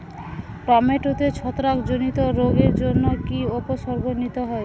টমেটোতে ছত্রাক জনিত রোগের জন্য কি উপসর্গ নিতে হয়?